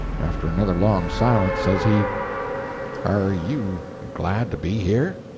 after another long silence, says he are you glad to be here?